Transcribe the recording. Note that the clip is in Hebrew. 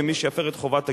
ומי שיפר את חובת הגילוי,